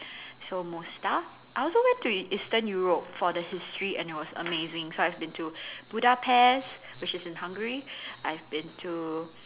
so Mostar I also went to Eastern Europe for the history and it was amazing so I've been to Budapest which is in Hungary I've been to